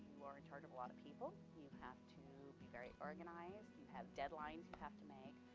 you are in charge of a lot of people. you have to be very organized, you have deadlines you have to make,